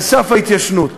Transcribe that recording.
על סף ההתיישנות,